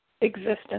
existence